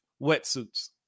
wetsuits